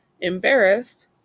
embarrassed